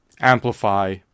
amplify